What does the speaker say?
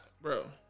Bro